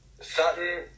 Sutton